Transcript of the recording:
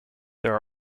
there